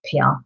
pr